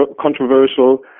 controversial